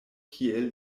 kiel